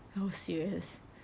oh serious